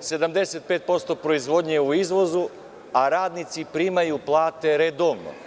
75% proizvodnje je u izvozu a radnici primaju plate redovno.